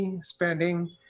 spending